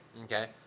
Okay